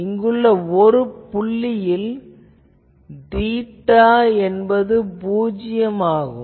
இங்குள்ள ஒரு புள்ளியில் தீட்டா என்பது பூஜ்யம் ஆகும்